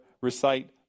recite